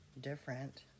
different